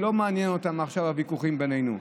לא מעניינים אותם עכשיו הוויכוחים בינינו,